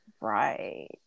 Right